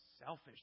selfish